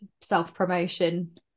self-promotion